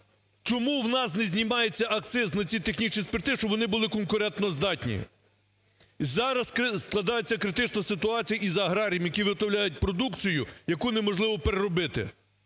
Чому у нас не знімається акциз на ті технічні спирти, щоб вони були конкурентоздатні? Зараз складається критична ситуація з аграріями, які виготовляють продукцію, яку неможливо переробити.